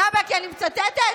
למה, כי אני מצטטת?